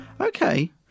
Okay